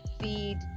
feed